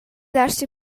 astga